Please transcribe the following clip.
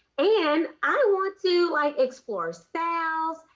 and i want to like explore styles,